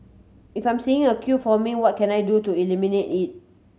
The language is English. if I'm seeing a queue forming what can I do to eliminate it